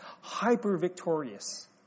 hyper-victorious